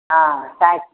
हँ साठि